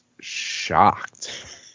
shocked